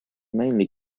mainly